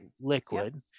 liquid